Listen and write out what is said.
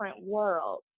world